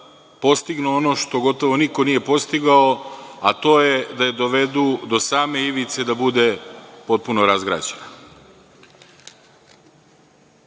postignu ono što niko nije postigao, a to je da je dovedu do same ivice da bude potpuno razgrađena. Meni